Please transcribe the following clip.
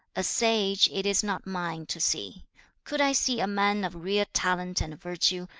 a sage it is not mine to see could i see a man of real talent and virtue,